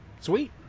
Sweet